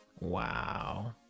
Wow